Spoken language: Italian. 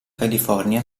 california